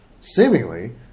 seemingly